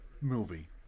movie